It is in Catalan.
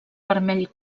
vermell